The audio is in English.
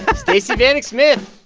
stacey vanek smith,